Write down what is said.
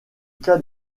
cas